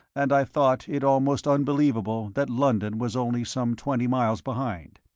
and i thought it almost unbelievable that london was only some twenty miles behind.